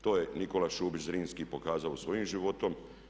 To je Nikola Šubić Zrinski pokazao svojim životom.